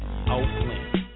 Oakland